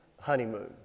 honeymoon